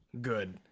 good